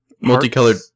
Multicolored